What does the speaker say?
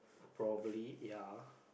probably ya